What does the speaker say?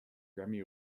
grammy